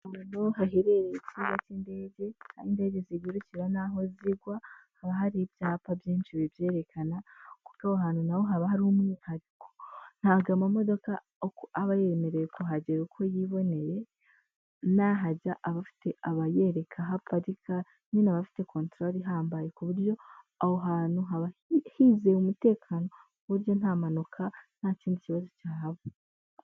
Ahantu haherereye ikibuga cy'indege aho indege zigururukira naho zigwa haba hari ibyapa byinshi bibyerekana, kuko aho hantu naho haba hari umwihariko ntabwo amamodoka aba yemerewe kuhagera uko yiboneye, n'yahajya aba afite abayereka aho aparika, nyine aba afite kontorore ihambaye ku buryo aho hantu haba hizeye umutekano ku buryo nta mpanuka, nta kindi kibazo cyahaba.